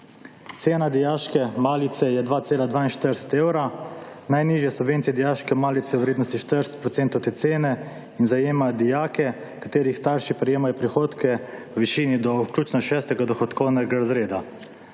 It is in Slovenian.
Cena dijaške malice je 2,42 evra. Najnižje subvencije dijaške malice v vrednosti 40 procentov te cene in zajemajo dijake, katerih starši prejemajo prihodek v višini do vključno 6. dohodkovnega razreda.